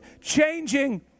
changing